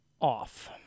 off